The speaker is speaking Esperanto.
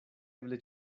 eble